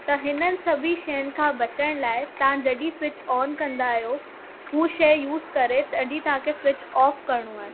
त हिननि सभी शयुनि खां बचण लाइ तव्हां जॾहिं स्विच ऑन कंदा आहियो हूअ शइ यूज़ करे तॾहिं तव्हां खे स्विच ऑफ करिणो आहे